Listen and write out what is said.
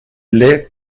les